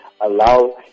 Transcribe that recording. allow